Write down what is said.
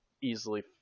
easily